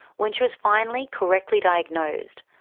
when she was finally correctly diagnosed,